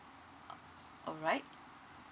a~ alright